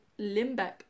limbeck